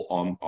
on